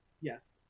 Yes